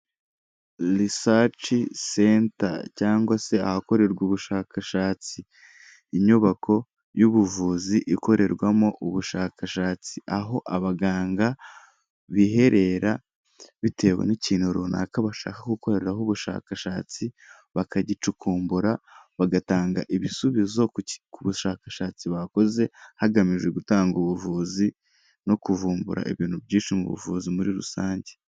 Risaci centa cyangwa se ahakorerwa ubushakashatsi. inyubako y'ubuvuzi ikorerwamo ubushakashatsi aho abaganga biherera bitewe n'ikintu runaka bashaka gukoreraho ubushakashatsi bakagicukumbura bagatanga ibisubizo ku bushakashatsi bakoze hagamijwe gutanga ubuvuzi no kuvumbura ibintu byinshi mu buvuzi muri rusange.